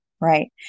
Right